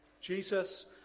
Jesus